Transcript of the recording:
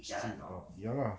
street got ya lah